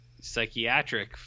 Psychiatric